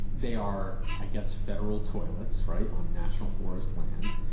they are, i guess, federal toilets. right. on national forest land.